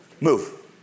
move